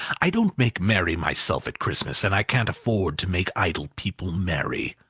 i don't make merry myself at christmas and i can't afford to make idle people merry.